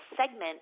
segment